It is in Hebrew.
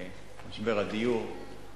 משבר הדיור.